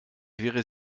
wären